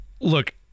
Look